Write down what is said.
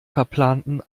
verplanten